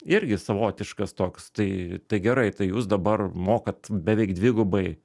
irgi savotiškas toks tai tai gerai tai jūs dabar mokat beveik dvigubai